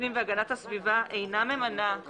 אבל